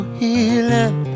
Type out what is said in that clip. healing